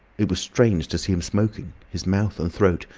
it was strange to see him smoking his mouth, and throat,